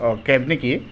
অঁ কেব নেকি